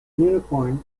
unicorn